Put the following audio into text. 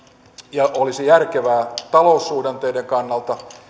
ja olisi järkevää taloussuhdanteiden kannalta